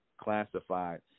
classified